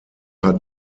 hat